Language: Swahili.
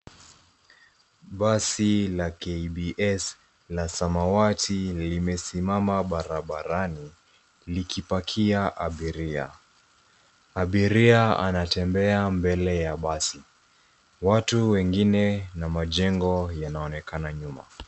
Basi la KBS la samawati limesimama barabarani, likipakia abiria. Abiria anatembea mbele ya basi. Watu wengine na majengo yanaonekana nyuma.